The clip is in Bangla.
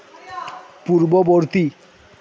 পূর্ববর্তী